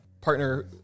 partner